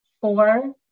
four